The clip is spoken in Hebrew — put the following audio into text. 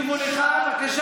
נותנים לכם לדבר בוועדות?